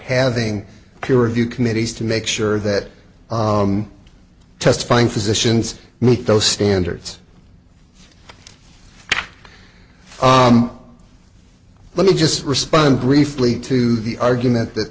having clear review committees to make sure that testifying physicians meet those standards let me just respond briefly to the argument that